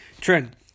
Trent